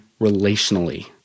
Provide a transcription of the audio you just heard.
relationally